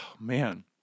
man